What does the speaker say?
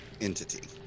entity